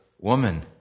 woman